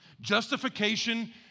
Justification